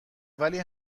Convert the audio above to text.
ولی